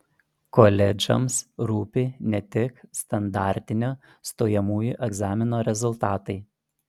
koledžams rūpi ne tik standartinio stojamųjų egzamino rezultatai